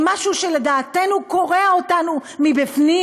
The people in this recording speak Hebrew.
עם משהו שלדעתנו קורע אותנו מבפנים?